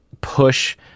push